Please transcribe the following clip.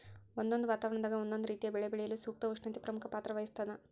ಒಂದೊಂದು ವಾತಾವರಣದಾಗ ಒಂದೊಂದು ರೀತಿಯ ಬೆಳೆ ಬೆಳೆಯಲು ಸೂಕ್ತ ಉಷ್ಣತೆ ಪ್ರಮುಖ ಪಾತ್ರ ವಹಿಸ್ತಾದ